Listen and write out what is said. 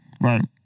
Right